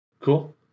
Cool